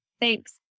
Thanks